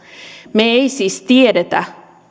me emme siis tiedä